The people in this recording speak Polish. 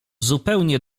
zupełnie